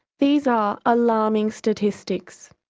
these are alarming statistics.